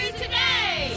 today